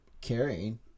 carrying